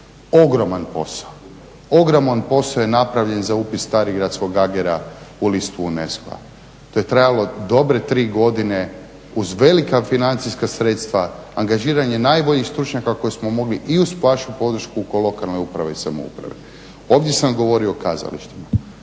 Ogroman posao, ogroman posao je napravljen za upis Starigradskog agera u listu UNESCO-a. To je trajalo dobre tri godine uz velika financijska sredstva, angažiranje najboljih stručnjaka koje smo mogli i uz vašu podršku kao lokalne uprave i samouprave. Ovdje sam govorio o kazalištima.